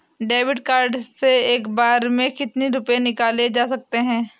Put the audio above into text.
David card से एक बार में कितनी रूपए निकाले जा सकता है?